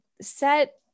set